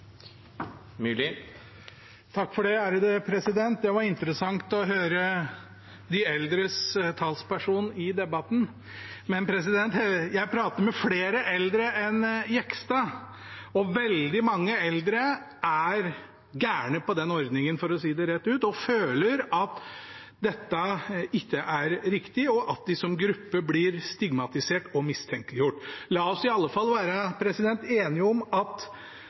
Det var interessant å høre de eldres talsperson i debatten, men jeg prater med flere eldre enn Jegstad, og veldig mange eldre er «gærne» på den ordningen, for å si det rett ut, og føler at dette ikke er riktig, og at de som gruppe blir stigmatisert og mistenkeliggjort. La oss i alle fall være enige om at